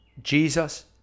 Jesus